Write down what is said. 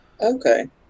Okay